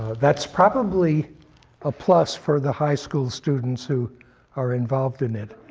that's probably a plus for the high school students who are involved in it.